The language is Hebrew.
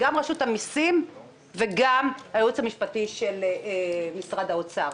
גם אנשי רשות המסים וגם אנשי הייעוץ המשפטי של משרד האוצר.